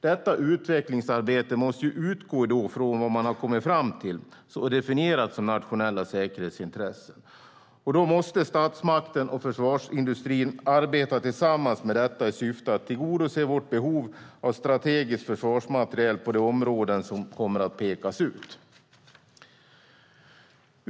Detta utvecklingsarbete måste då utgå från vad man har kommit fram till och har definierat som nationella säkerhetsintressen. Då måste statsmakten och försvarsindustrin arbeta tillsammans med detta, i syfte att tillgodose vårt behov av strategisk försvarsmateriel på de områden som kommer att pekas ut.